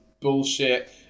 bullshit